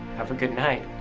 have a good night.